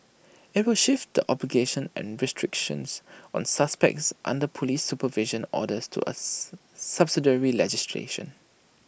IT will shift the obligations and restrictions on suspects under Police supervision orders to A subsidiary legislation